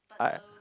I